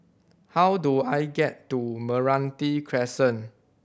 how do I get to Meranti Crescent